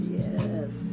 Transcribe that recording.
yes